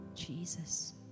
Jesus